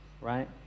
right